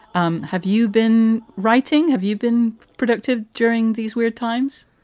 um have you been writing? have you been productive during these weird times?